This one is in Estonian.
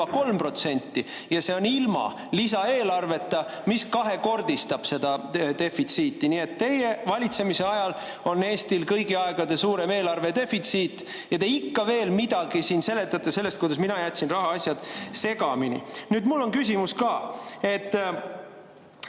see on ilma lisaeelarveta, mis kahekordistab seda defitsiiti. Nii et teie valitsemise ajal on Eestil kõigi aegade suurim eelarvedefitsiit ja te ikka veel seletate siin midagi sellest, kuidas mina jätsin rahaasjad segamini. Mul on küsimus ka.